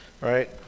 Right